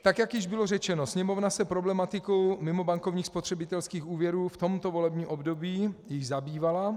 Tak jak již bylo řečeno, Sněmovna se problematikou mimobankovních spotřebitelských úvěrů v tomto volebním období již zabývala.